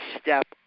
step